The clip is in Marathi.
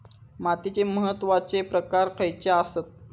मातीचे महत्वाचे प्रकार खयचे आसत?